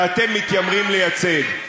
שאתם מתיימרים לייצג.